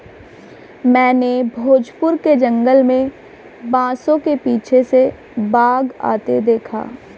मैंने भोजपुर के जंगल में बांसों के पीछे से बाघ आते देखा